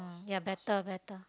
ya better better